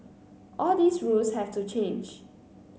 all these rules have to change